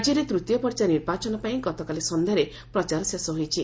ରାଜ୍ୟରେ ତୃତୀୟ ପର୍ଯ୍ୟାୟ ନିର୍ବାଚନ ପାଇଁ ଗତକାଲି ସନ୍ଧ୍ୟାରେ ପ୍ରଚାର ଶେଷ ହୋଇଛି